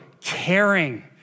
caring